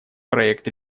проект